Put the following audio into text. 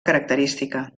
característica